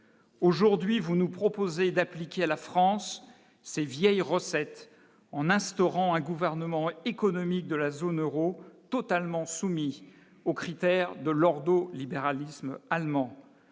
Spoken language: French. aujourd'hui vous nous proposez d'appliquer à la France ses vieilles recettes en instaurant un gouvernement économique de la zone Euro, totalement soumis aux critères de l'ordo, libéralisme allemand